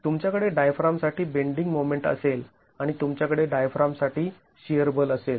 तुमच्याकडे डायफ्राम साठी bending moment असेल आणि तुमच्याकडे डायफ्राम साठी शिअर बल असेल